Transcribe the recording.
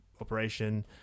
operation